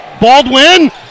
Baldwin